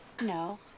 No